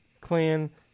Clan